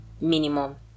minimum